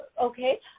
okay